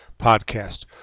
podcast